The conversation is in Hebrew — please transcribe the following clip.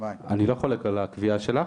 אני לא חולק על הקביעה שלך,